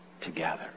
together